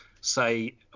say